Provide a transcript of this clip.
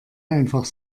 einfach